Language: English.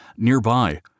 Nearby